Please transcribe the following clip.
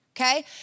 Okay